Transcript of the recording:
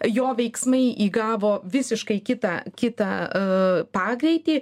jo veiksmai įgavo visiškai kitą kitą pagreitį